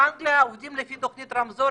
באנגליה עובדים לפי תוכנית הרמזור,